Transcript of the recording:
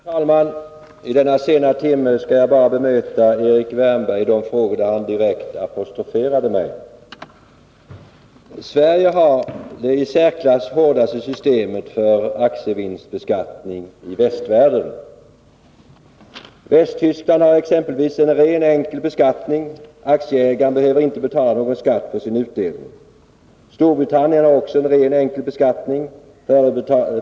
Herr talman! I denna sena timme skall jag bara bemöta Erik Wärnberg i de frågor där han direkt apostroferade mig. Sverige har det i särklass hårdaste systemet för aktievinstbeskattning i västvärlden. Exempelvis Västtyskland har en ren, enkel beskattning. Aktieägaren behöver inte betala någon skatt på sin utdelning. Storbritannien har också en ren, enkel beskattning.